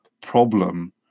problem